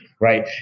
Right